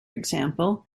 example